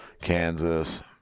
Kansas